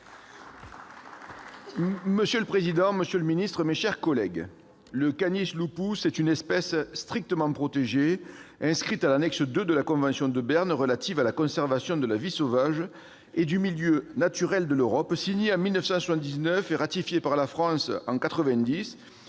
Monsieur le président, monsieur le ministre, mes chers collègues, est une espèce « strictement protégée », inscrite à l'annexe II de la convention de Berne relative à la conservation de la vie sauvage et du milieu naturel de l'Europe, signée en 1979 et ratifiée par la France en 1990,